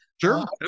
Sure